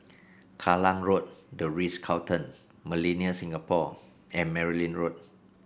Kallang Road The Ritz Carlton Millenia Singapore and Merryn Road